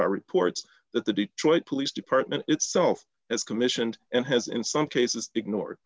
by reports that the detroit police department itself has commissioned and has in some cases ignored